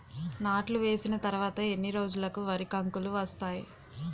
నాట్లు వేసిన తర్వాత ఎన్ని రోజులకు వరి కంకులు వస్తాయి?